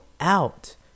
Out